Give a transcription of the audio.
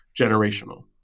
generational